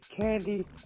candy